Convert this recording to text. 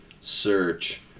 search